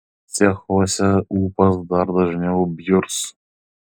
cechuose ūpas dar dažniau bjurs